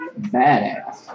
badass